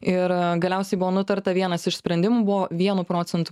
ir galiausiai buvo nutarta vienas iš sprendimų buvo vienu procentu